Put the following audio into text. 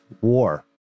war